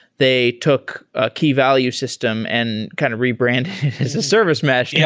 they took a key value system and kind of rebranded it as a service mesh. yeah